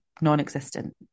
non-existent